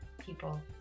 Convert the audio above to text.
people